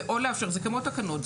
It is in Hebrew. זה כמו תקנות.